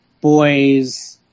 boys